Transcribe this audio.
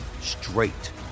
straight